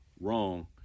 wrong